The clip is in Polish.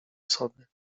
sobie